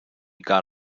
got